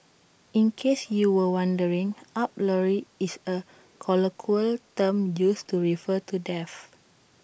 in case you were wondering up lorry is A colloquial term used to refer to death